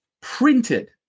printed